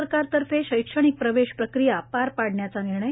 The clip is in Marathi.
सरकारतर्फे शैक्षणिक प्रवेश प्रक्रिया पार पाडण्याचा निर्णय